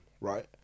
Right